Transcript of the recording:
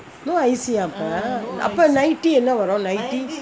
no I_C ah அப்பேஅப்பே:appae appae ninety என்ன வரும்:enna varum ninety